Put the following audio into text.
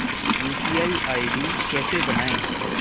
UPI ID कैसे बनाएं?